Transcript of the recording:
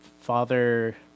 father